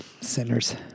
Sinners